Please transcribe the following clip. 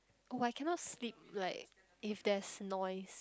oh I cannot sleep like if there's noise